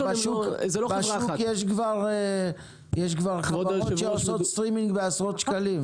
בשוק יש כבר חברות שעושות סטרימינג בעשרות שקלים?